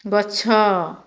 ଗଛ